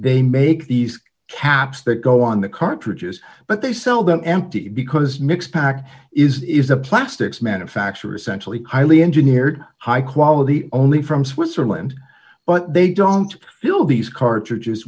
they make these caps that go on the cartridges but they sell them empty because mix packed is a plastics manufacturer centrally highly engineered high quality only from switzerland but they don't fill these cartridges